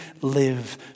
live